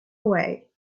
away